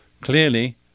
Clearly